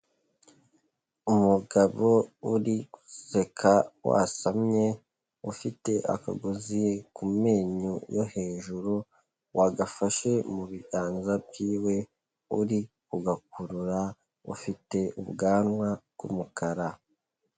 Umugabo uri guseka wasamye, ufite akagozi ku menyo yo hejuru, wagafashe mu biganza byiwe, uri kugakurura, ufite ubwanwa bw'umukara.